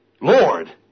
Lord